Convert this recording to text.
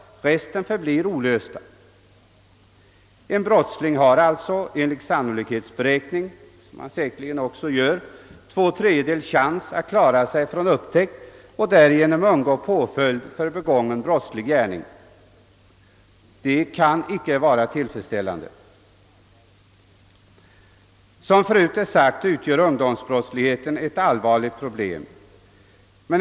Resten förblir olösta. En brottsling har alltså enligt en sannolikhetsberäkning — som han säkerligen också gör — två tredjedels chans att klara sig från upptäckt och därigenom undgå påföljd för begången brottslig gärning. Detta kan icke vara tillfredsställande. Som tidigare sagts utgör ungdomsbrottsligheten ett allvarligt problem.